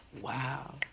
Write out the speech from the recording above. Wow